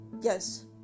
Yes